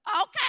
Okay